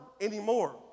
anymore